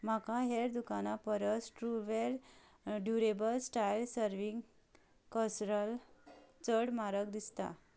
म्हाका हेर दुकानां परस ट्रूवेयर ड्युरेबल स्टायल्स सर्व्हिंग कॅसरोल चड म्हारग दिसता